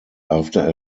after